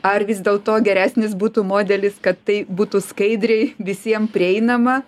ar vis dėlto geresnis būtų modelis kad tai būtų skaidriai visiem prieinama